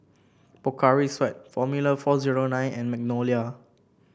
Pocari Sweat Formula four zero nine and Magnolia